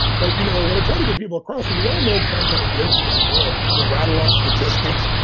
but you know what i'm trying to get people across is that we all know compounded interest. and you know you can rattle off statistics,